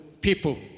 people